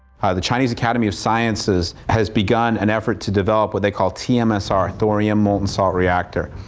ah, the chinese academy of sciences has begun an effort to develop what they call t-msr, thorium molten salt reactor.